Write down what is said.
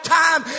time